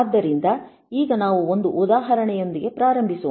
ಆದ್ದರಿಂದ ಈಗ ನಾವು ಒಂದು ಉದಾಹರಣೆಯೊಂದಿಗೆ ಪ್ರಾರಂಭಿಸೋಣ